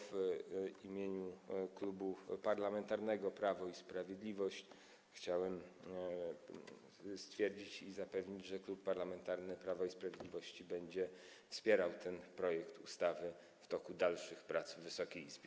W imieniu Klubu Parlamentarnego Prawo i Sprawiedliwość chciałem zapewnić, że Klub Parlamentarny Prawo i Sprawiedliwość będzie wspierał ten projekt ustawy w toku dalszych prac Wysokiej Izby.